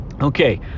Okay